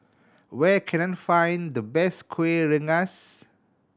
where can I find the best Kueh Rengas